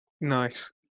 Nice